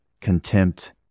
contempt